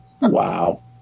wow